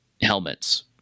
helmets